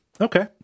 Okay